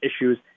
issues